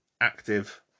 active